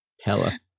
Hella